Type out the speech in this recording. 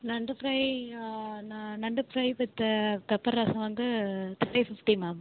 நண்டு ஃப்ரை ந நண்டு ஃப்ரை வித்து பெப்பர் ரசம் வந்து த்ரீ ஃபிஃப்ட்டி மேம்